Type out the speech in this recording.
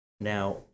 Now